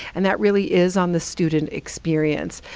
and that really is on the student experience.